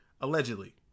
Allegedly